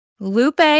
Lupe